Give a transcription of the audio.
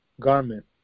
garment